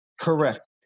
Correct